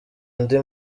andi